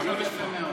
אמרת יפה מאוד.